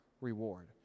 reward